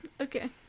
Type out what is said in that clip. Okay